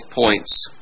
points